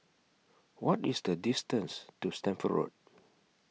What IS The distance to Stamford Road